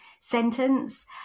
sentence